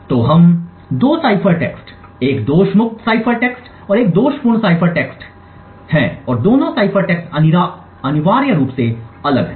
तो हम दो साइफर टेक्स्ट एक दोष मुक्त साइफर टेक्स्ट और एक दोषपूर्ण साइफर टेक्स्ट है और दोनों साइफर टेक्स्ट अनिवार्य रूप से अलग हैं